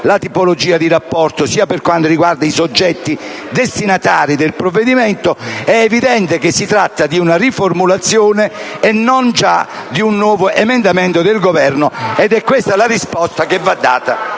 la tipologia di rapporto sia per quanto riguarda i soggetti destinatari del provvedimento, eevidente che si tratta di una riformulazione, e non gia di un nuovo emendamento del Governo. Ed e` questa la risposta che va data